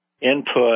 input